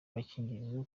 gakingirizo